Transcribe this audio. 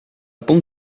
pompe